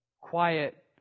quiet